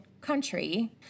country